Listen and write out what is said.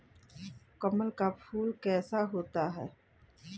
कमल का फूल कैसा होता है?